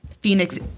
Phoenix